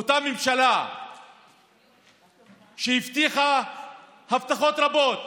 ואותה ממשלה שהבטיחה הבטחות רבות